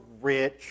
rich